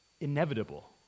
inevitable